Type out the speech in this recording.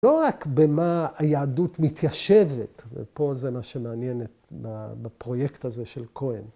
‫לא רק במה היהדות מתיישבת, ‫ופה זה מה שמעניין ‫בפרויקט הזה של כהן.